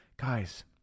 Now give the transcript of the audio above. Guys